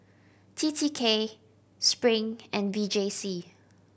T T K Spring and V J C